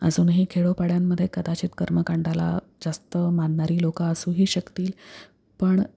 अजूनही खेडोपाड्यांमध्ये कदाचित कर्मकांडाला जास्त मानणारी लोकं असूही शकतील पण